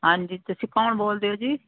ਹਾਂਜੀ ਤੁਸੀਂ ਕੌਣ ਬੋਲਦੇ ਹੋ ਜੀ